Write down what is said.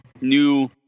New